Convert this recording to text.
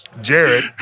Jared